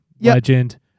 Legend